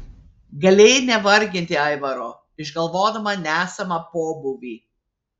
galėjai nevarginti aivaro išgalvodama nesamą pobūvį